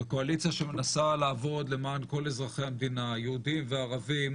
זו קואליציה שמנסה לעבוד למען כל אזרחי המדינה יהודים וערבים